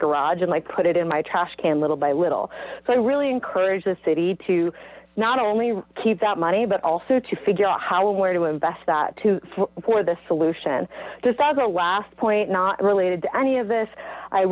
garage and i put it in my trash can little by little so i really encourage the city to not only keep that money but also to figure out how or where to invest that too for this solution to solve the last point not related to any of this i